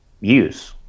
use